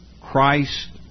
christ